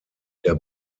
der